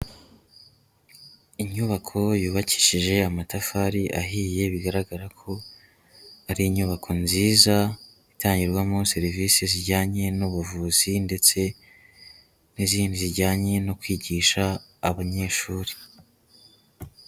Inyubako yubakishije amatafari ahiye bigaragara ko ari inyubako nziza, itangirwamo serivisi zijyanye n'ubuvuzi ndetse n'izindi zijyanye no kwigisha abanyeshuri.